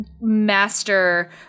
master